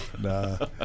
Nah